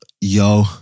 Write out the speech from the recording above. Yo